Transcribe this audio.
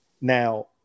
Now